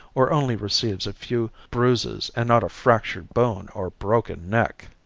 or only receives a few bruises and not a fractured bone or broken neck.